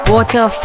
Water